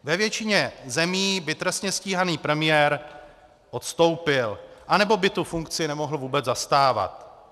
Ve většině zemí by trestně stíhaný premiér odstoupil, anebo by tu funkci nemohl vůbec zastávat.